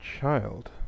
child